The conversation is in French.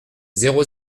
zéro